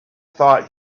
thought